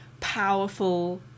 powerful